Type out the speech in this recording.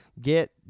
get